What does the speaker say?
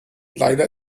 leider